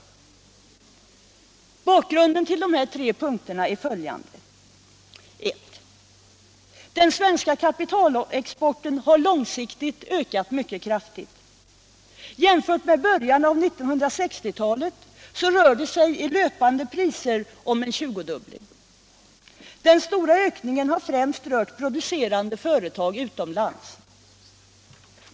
Bakgrunden till dessa tre punkter är följande. Den svenska kapitalexporten har långsiktigt ökat mycket kraftigt. Jämfört med början av 1960-talet rör det sig i löpande priser om en tju godubbling. Den stora ökningen har främst rört producerande företag utomlands.